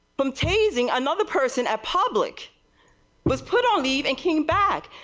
from tasting another person at public was put on leave and came back.